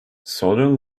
southern